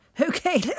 Okay